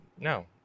no